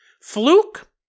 Fluke